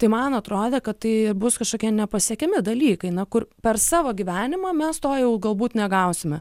tai man atrodė kad tai bus kažkokie nepasiekiami dalykai na kur per savo gyvenimą mes to jau galbūt negausime